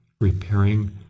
repairing